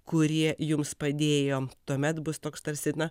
kurie jums padėjo tuomet bus toks tarsi na